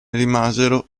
rimasero